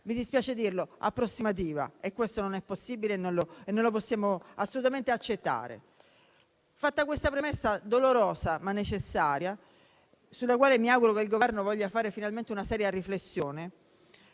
mi dispiace dirlo - approssimativa. Questo non è possibile, non lo possiamo assolutamente accettare. Fatta questa premessa, dolorosa ma necessaria, sulla quale mi auguro che il Governo voglia fare finalmente una seria riflessione,